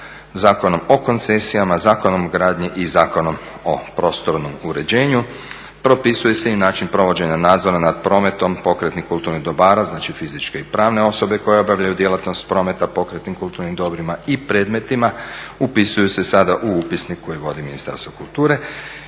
Zakonom o koncesijama, Zakonom o gradnji i Zakonom o prostornom uređenju. Propisuje se i način provođena nadzora nad prometom pokretnom kulturnih dobara, znači fizičke i pravne osobe koje obavljaju djelatnost prometa pokretnim kulturnim dobrima i predmetima, upisuju se sada u upisnik koji vodi Ministarstvo kulture.